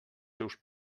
seus